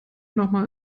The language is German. nochmal